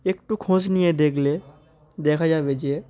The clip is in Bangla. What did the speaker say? একটু খোঁজ নিয়ে দেখলে দেখা যাবে যে